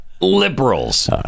Liberals